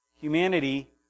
Humanity